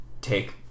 take